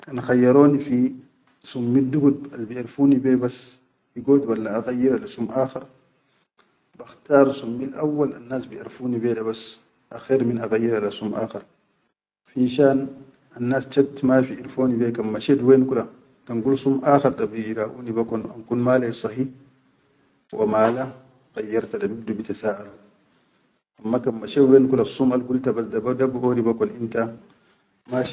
Kan khayyaroni fi summiddugud albiʼerfuni be bas igod walla aqayyira le sum aakhar, bakhtaar summil awwal annas biʼerfoni be dabas akher min aqayyira le sum aakhar, finshan annas chat mafi irfoni be, kan mashet wen kula, kan gul sum aakhar da bi raʼuni bekon an kun ma lai sahi, mala qayyarta da bibdu bitasaʼalu amma kan mashet wen kula assum algulta bas da da biʼori bekon inta.